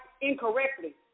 incorrectly